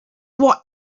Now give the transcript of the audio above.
what